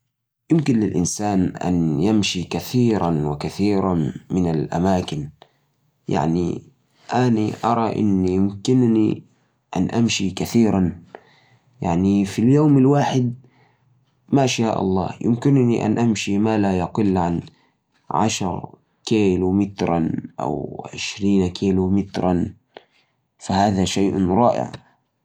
المسافة اللي اقدرامشيها في يوم واحد تعتمد على الياقة البدنية والظروف. بشكل عام، شخص عادي يمكن يمشي بين خمستاش إلى خمسه وعشرين كيلو مترفي اليوم. إذا كنت في حالة جيدة ومشيت بشكل مستمر، ممكن تصل لمسافة أكبر. لكن مهم كمان الاستماع للجسد وأخذ فترات الراحة.